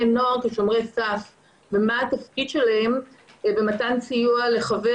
נוער כשומרי סף ומה התפקיד שלהם במתן סיוע לחבר